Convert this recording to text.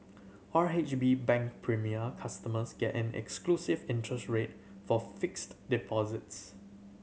R H B Bank Premier customers get an exclusive interest rate for fixed deposits